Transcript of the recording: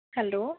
hello